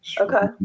Okay